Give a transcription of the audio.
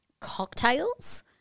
cocktails